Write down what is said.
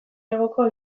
hegoko